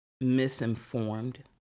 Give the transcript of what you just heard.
misinformed